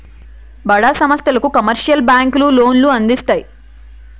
బడా సంస్థలకు కమర్షియల్ బ్యాంకులు లోన్లు అందిస్తాయి